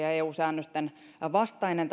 ja eu säännösten vastainen